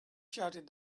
shouted